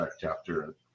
chapter